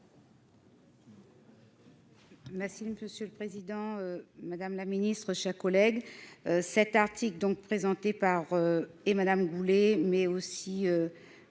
Merci monsieur le Président, Madame la Ministre, chers collègues, cet article donc présenté par et Madame Boulay, mais aussi